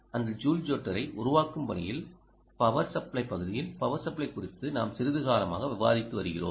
அந்த ஜூல் ஜோட்டரை உருவாக்கும் பணியில் பவர் சப்ளை பகுதியில் பவர் சப்ளை குறித்து நாம் சிறிது காலமாக விவாதித்து வருகிறோம்